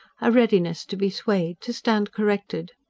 a readiness to be swayed, to stand corrected.